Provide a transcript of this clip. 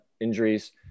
injuries